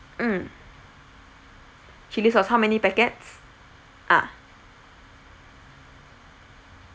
mm chilli sauce how many packets ah